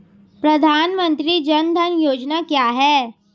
प्रधानमंत्री जन धन योजना क्या है?